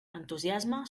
entusiasme